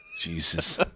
Jesus